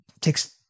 takes